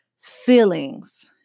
feelings